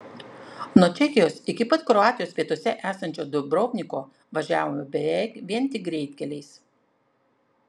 nuo čekijos iki pat kroatijos pietuose esančio dubrovniko važiavome beveik vien tik greitkeliais